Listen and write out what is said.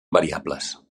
variables